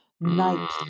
night